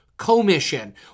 commission